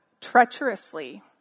treacherously